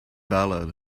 ballad